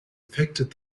affected